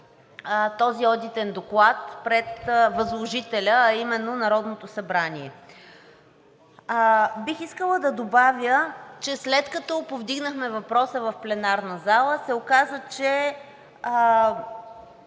този одитен доклад пред възложителя, а именно Народното събрание. Бих искала да добавя, че след като повдигнахме въпроса в пленарна зала, се оказа, че